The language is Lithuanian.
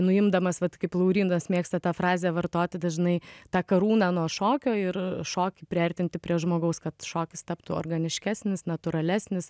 nuimdamas vat kaip laurynas mėgsta tą frazę vartoti dažnai tą karūną nuo šokio ir šokį priartinti prie žmogaus kad šokis taptų organiškesnis natūralesnis